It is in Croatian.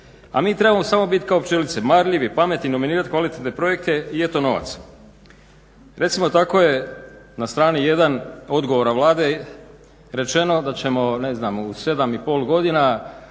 mi trebamo samo biti kao pčelice marljivi, pametni, nominirat kvalitetne projekte i eto novaca. Recimo tako je na strani 1. odgovora Vlade rečeno da ćemo, ne znam u 7,5 godina